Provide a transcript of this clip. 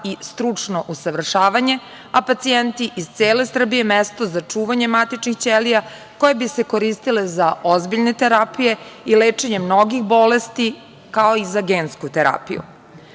i stručno usavršavanje, a pacijenti iz cele Srbije mesto za čuvanje matičnih ćelija koje bi se koristile za ozbiljne terapije i lečenje mnogih bolesti, kao i za gensku terapiju. Svedoci